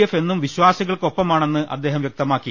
F എന്നും വിശ്വാ സികൾക്കൊപ്പമാണെന്ന് അദ്ദേഹം വൃക്തമാക്കി